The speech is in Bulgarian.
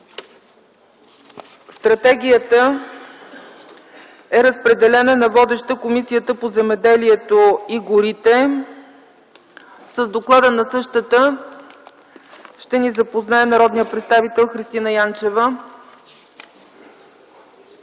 Стратегията е разпределена на водещата Комисия по земеделието и горите. С доклада на комисията ще ни запознае народният представител Христина Янчева.